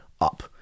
up